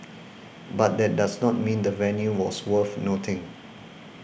but that does not mean the venue was worth nothing